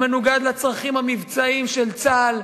זה מנוגד לצרכים המבצעיים של צה"ל,